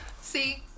See